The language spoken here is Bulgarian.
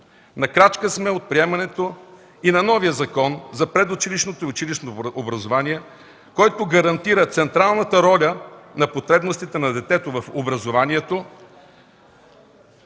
На крачка сме от приемането и на новия Закон за предучилищното и училищното образование, който гарантира централната роля на потребностите на детето в образователния